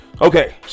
okay